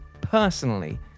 personally